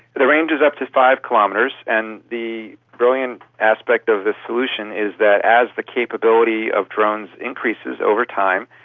the range is up to five kilometres, and the brilliant aspect of this solution is that as the capability of drones increases over time.